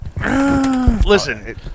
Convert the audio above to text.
Listen